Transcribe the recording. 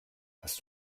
hast